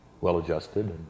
well-adjusted